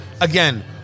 Again